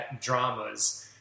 dramas